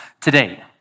today